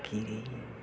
আর কি যেন